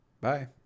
Bye